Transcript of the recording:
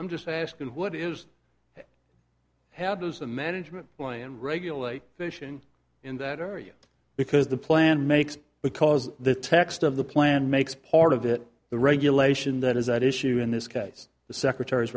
i'm just asking what is how does the management land regulate station in that area because the plan makes because the text of the plan makes part of it the regulation that is at issue in this case the secretar